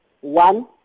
one